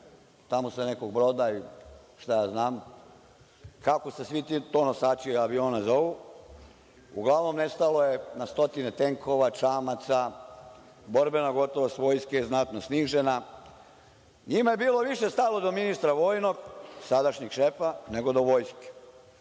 tamo sa nekog broda ili šta ja znam, kako se svi ti nosači aviona zovu, uglavnom nestalo je na stotine tenkova, čamaca, borbena gotovost Vojske je znatno snižena. Njima je bilo više stalo do ministra vojnog, sadašnjeg šefa nego do vojske,